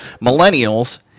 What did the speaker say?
millennials